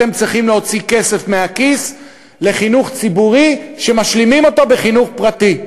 אתם צריכים להוציא כסף מהכיס לחינוך ציבורי שמשלימים אותו בחינוך פרטי.